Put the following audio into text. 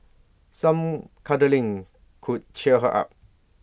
some cuddling could cheer her up